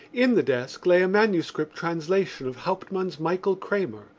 in the desk lay a manuscript translation of hauptmann's michael kramer,